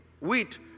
wheat